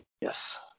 Yes